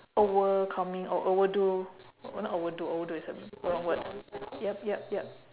overcoming or overdo not overdo overdo is a wrong word yup yup yup